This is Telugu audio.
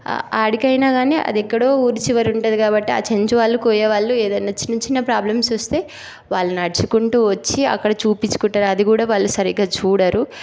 ఆడికైనా కానీ అది ఎక్కడో ఊరు చివర ఉంటుంది కాబట్టి ఆ చెంచువాళ్ళు కోయవాళ్ళు ఏదైనా చిన్ చిన్న ప్రాబ్లమ్స్ వస్తే వాళ్ళు నడుచుకుంటూ వచ్చి అక్కడ చూపించుకుంటారు అదికూడ వాళ్ళు సరిగ్గా చూడరు